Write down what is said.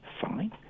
fine